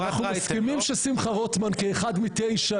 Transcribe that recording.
אנחנו מסכימים ששמחה רוטמן כאחד מתשע,